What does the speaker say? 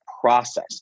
process